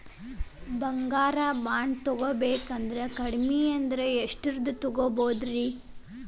ಬಂಗಾರ ಬಾಂಡ್ ತೊಗೋಬೇಕಂದ್ರ ಕಡಮಿ ಅಂದ್ರ ಎಷ್ಟರದ್ ತೊಗೊಬೋದ್ರಿ?